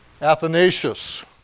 Athanasius